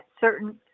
certain